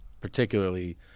particularly